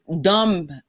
dumb